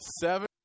Seven